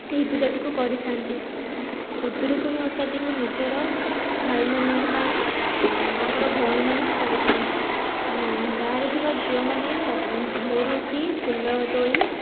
ଏହି ପୁଜାଟିକୁ କରିଥାନ୍ତି ଖୁଦୁରୁକୁଣୀ ଓଷାଟିକୁ ନିଜର ଭାଇ ମାନଙ୍କ ପାଇଁ ତାଙ୍କର ଭଉଣୀମାନେ କରିଥାନ୍ତି ଗାଁରେ ଥିବା ଝିଅମାନେ ଭୋରରୁ ଉଠି ଫୁଲ ତୋଳି